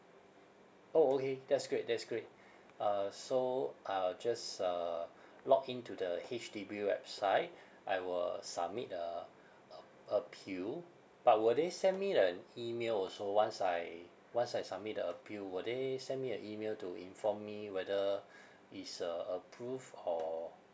orh okay that's great that's great uh so uh just uh login to the H_D_B website I will submit the ap~ appeal but will they send me an email also once I once I submit the appeal will they send me an email to inform me whether is uh approved or